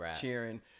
cheering